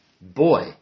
Boy